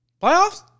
Playoffs